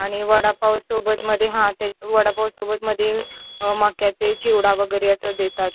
आणि वडापावसोबतमध्ये हां ते वडापावसोबतमध्ये मक्याचे चिवडा वगैरे असं देतात